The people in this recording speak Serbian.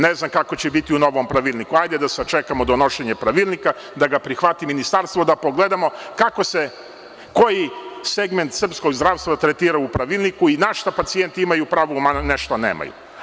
Ne znam kako će biti u novom pravilniku, hajde da sačekamo donošenje pravilnika, da ga prihvati ministarstvo, da pogledamo kako se koji segment srpskog zdravstva tretira u pravilniku i na šta pacijenti imaju pravo, a na šta nemaju.